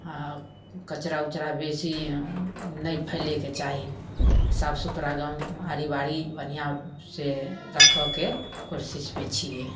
हाँ कचरा उचरा बेसी नहि फैलैके चाही साफ सुथरा गाम आड़ी बाड़ी बढ़िआँसँ रखैके कोशिशमे छिए